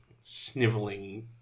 Sniveling